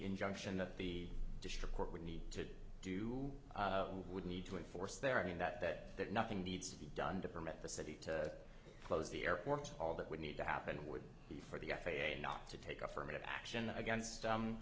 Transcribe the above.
injunction that the district court would need to do would need to enforce there i mean that that that nothing needs to be done to permit the city to close the airport all that would need to happen would be for the f a a not to take affirmative action against